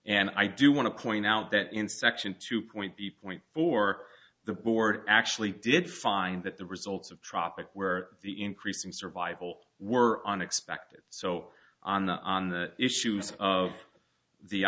and i do want to point out that in section two point b point four the board actually did find that the results of tropic were the increasing survival were unexpected so on on the issues of the